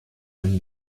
dem